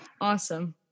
Awesome